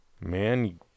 man